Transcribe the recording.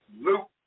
Luke